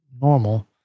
normal